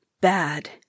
Bad